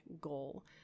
goal